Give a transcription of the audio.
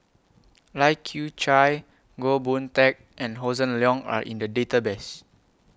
Lai Kew Chai Goh Boon Teck and Hossan Leong Are in The Database